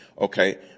Okay